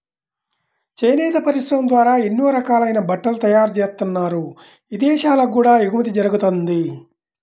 చేనేత పరిశ్రమ ద్వారా ఎన్నో రకాలైన బట్టలు తయారుజేత్తన్నారు, ఇదేశాలకు కూడా ఎగుమతి జరగతంది